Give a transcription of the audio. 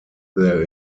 there